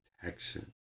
protection